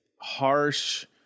harsh